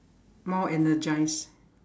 more energized